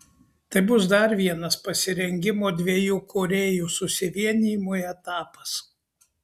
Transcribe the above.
tai bus dar vienas pasirengimo dviejų korėjų susivienijimui etapas